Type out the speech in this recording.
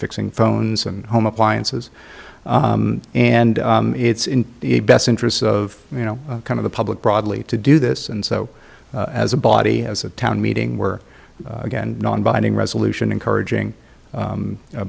fixing phones and home appliances and it's in the best interests of you know kind of the public broadly to do this and so as a body as a town meeting we're again nonbinding resolution encouraging